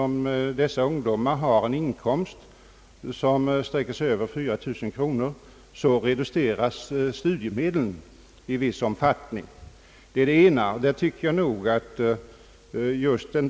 Om dessa ungdomar har en inkomst som uppgår till mer än 4 000 kronor per år reduceras studiemedlen i viss omfattning. Det är den ena saken.